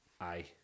aye